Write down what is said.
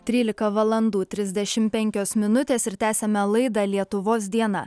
trylika valandų trisdešim penkios minutės ir tęsiame laidą lietuvos diena